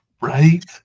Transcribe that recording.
right